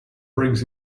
brings